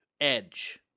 Edge